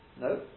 No